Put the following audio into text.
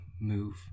move